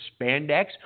spandex